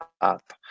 up